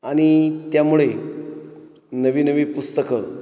आणि त्यामुळे नवी नवी पुस्तकं